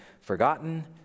forgotten